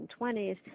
1920s